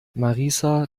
marissa